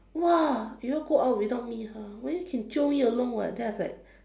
!wah! you all go out without me ah always can jio me along [what] then I was like